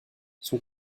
son